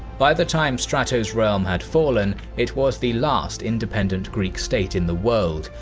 by the time strato's realm had fallen, it was the last independent greek state in the world,